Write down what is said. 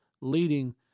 leading